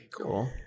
Cool